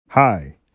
Hi